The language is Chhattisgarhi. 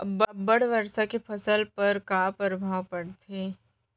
अब्बड़ वर्षा के फसल पर का प्रभाव परथे?